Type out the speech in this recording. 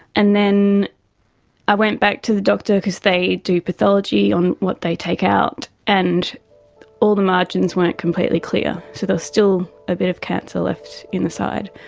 and then i went back to the doctor because they do pathology on what they take out, and all the margins weren't completely clear. so there was still a bit of cancer left in the side.